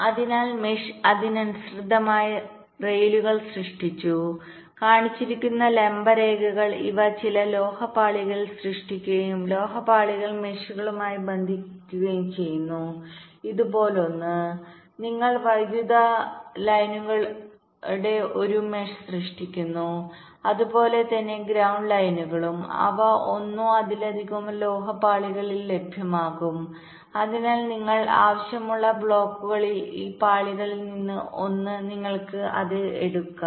അതിനാൽ മെഷ് അതിനനുസൃതമായി റെയിലുകൾ സൃഷ്ടിച്ചു കാണിച്ചിരിക്കുന്ന ലംബ രേഖകൾ ഇവ ചില ലോഹ പാളികളിൽ സൃഷ്ടിക്കുകയും ലോഹ പാളികൾ മെഷുമായി ബന്ധിപ്പിക്കുകയും ചെയ്യുന്നു ഇതുപോലൊന്ന് നിങ്ങൾ വൈദ്യുത ലൈനുകളുടെ ഒരു മെഷ് സൃഷ്ടിക്കുന്നു അതുപോലെ തന്നെ ഗ്രൌണ്ട് ലൈനുകളും അവ ഒന്നോ അതിലധികമോ ലോഹ പാളികളിൽ ലഭ്യമാകും അതിനാൽ നിങ്ങൾക്ക് ആവശ്യമുള്ള ബ്ലോക്കുകളിൽ ഈ പാളികളിൽ ഒന്നിൽ നിന്ന് നിങ്ങൾക്ക് അത് എടുക്കാം